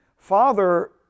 Father